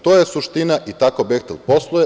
To je suština i tako „Behtel“ posluje.